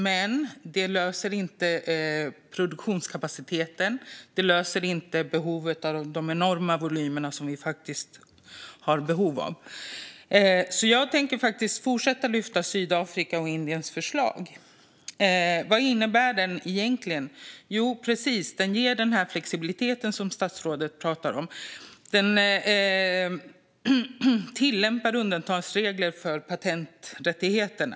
Men det löser inte problemet med produktionskapaciteten och de enorma volymer som vi har behov av. Jag tänker fortsätta att lyfta fram Sydafrikas och Indiens förslag. Vad innebär det egentligen? Det ger precis den flexibilitet som statsrådet talar om genom tillämpning av undantagsregler för patenträttigheterna.